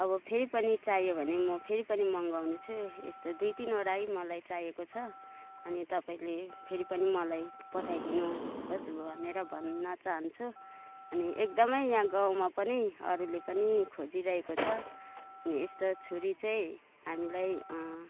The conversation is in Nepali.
अब फेरि पनि चाहियो भने म फेरि पनि मगाउने छु यस्तो दुई तिनवटै मलाई चाहिएको छ अनि तपाईँले फेरि पनि मलाई पठाइदिनु होस् भनेर भन्न चाहन्छु अनि एकदमै यहाँ गाउँमा पनि अरूले पनि खोजिरहेको छ अनि यस्तो छुरी चाहिँँ हामीलाई